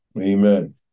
Amen